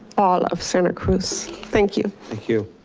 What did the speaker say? all of santa cruz. thank you. thank you.